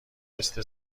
مثل